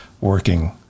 working